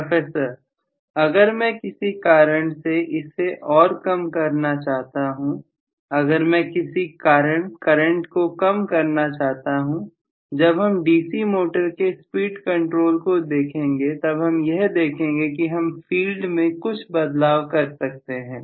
professor अगर मैं किसी कारण से इसे और कम करना चाहता हूं अगर मैं किसी कारण करंट को कम करना चाहता हूं जब हम डीसी मोटर के स्पीड कंट्रोल को देखेंगे तब हम यह देखेंगे कि हम फील्ड में कुछ बदलाव कर सकते हैं